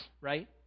right